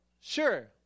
Sure